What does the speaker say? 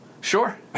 Sure